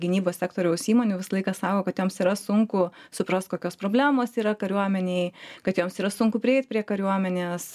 gynybos sektoriaus įmonių visą laiką sako kad joms yra sunku suprast kokios problemos yra kariuomenėj kad joms yra sunku prieit prie kariuomenės